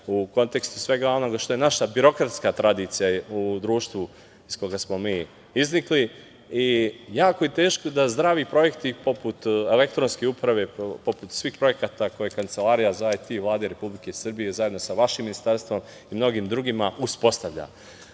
u kontekstu svega onoga što je naša birokratska tradicija u društvu iz koga smo iznikli i jako je teško da zdravi projekti poput elektronske uprave poput svih projekata poput Kancelarije za IT Vlade Republike Srbije zajedno sa vašim ministarstvom i mnogim drugima uspostavlja. Ono